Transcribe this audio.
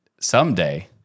Someday